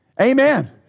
Amen